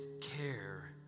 care